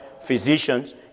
physicians